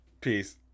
Peace